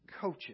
coaches